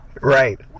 right